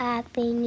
Happy